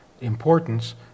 importance